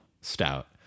Stout